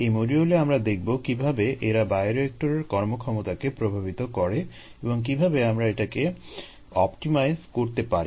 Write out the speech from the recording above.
এই মডিউলে আমরা দেখবো কীভাবে এরা বায়োরিয়েক্টরের কর্মক্ষমতাকে প্রভাবিত করে এবং কীভাবে আমরা এটাকে অপটিমাইজ করতে পারি